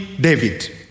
David